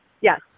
Yes